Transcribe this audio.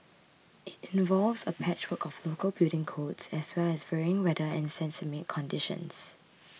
it involves a patchwork of local building codes as well as varying weather and seismic conditions